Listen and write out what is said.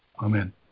Amen